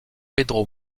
pedro